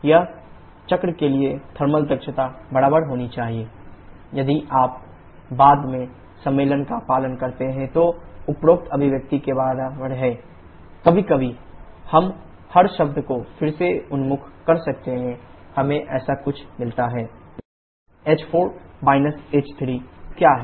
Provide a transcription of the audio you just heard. इस चक्र के लिए थर्मल दक्षता बराबर होनी चाहिए thWnetqB1 qCqBWT WPqB यदि आप बाद के सम्मेलन का पालन करते हैं तो उपरोक्त अभिव्यक्ति के बराबर है h1 h2 h4 h3 h1 h4 कभी कभी हम हर शब्द को फिर से उन्मुख कर सकते हैं हमें ऐसा कुछ मिलता है h1 h2 h4 h3 h1 h3 h4 h3 h4 h3 क्या है